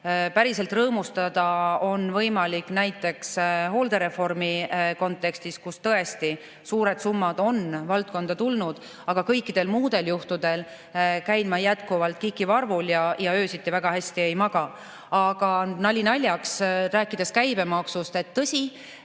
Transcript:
Päriselt rõõmustada on võimalik näiteks hooldereformi kontekstis, kus tõesti on suured summad valdkonda tulnud. Aga kõikidel muudel juhtudel käin ma jätkuvalt kikivarvul ja öösiti väga hästi ei maga. Aga nali naljaks. Räägime käibemaksust. Tõsi,